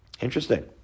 Interesting